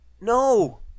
no